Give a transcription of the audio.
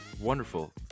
wonderful